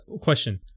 question